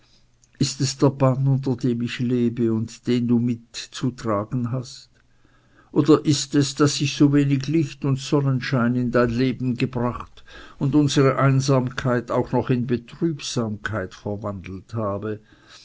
ist es der bann unter dem ich lebe und den du mit zu tragen hast oder ist es daß ich so wenig licht und sonnenschein in dein leben gebracht und unsere einsamkeit auch noch in betrübsamkeit verwandelt habe